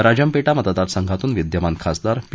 राजमपेती मतदार संघातून विद्यमान खासदार पी